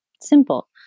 Simple